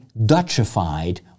Dutchified